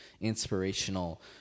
inspirational